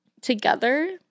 together